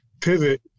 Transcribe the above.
pivot